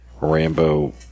Rambo